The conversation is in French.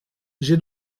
j’ai